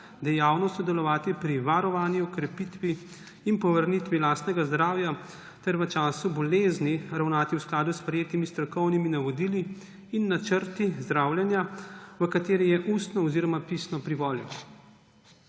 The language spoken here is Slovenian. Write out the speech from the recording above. dejavno sodelovati pri varovanju, krepitvi in povrnitvi lastnega zdravja ter v času bolezni ravnati v skladu s sprejetimi strokovnimi navodili in načrti zdravljenja, v katere je ustno oziroma pisno privolil.